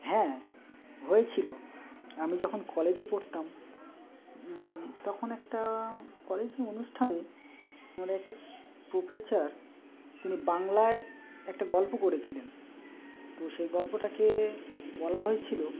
হ্যাঁ হয়েছিল আমি যখন কলেজে পড়তাম তখন একটা কলেজের অনুষ্ঠানে আমাদের একটা প্রফেসার তিনি বাংলায় একটা গল্প করেছিলেন তো সেই গল্পটাকে বলা হয়েছিল